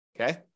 okay